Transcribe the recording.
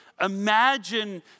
Imagine